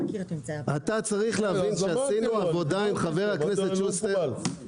אתה צריך להבין שעשינו עבודה עם חבר הכנסת שוסטר.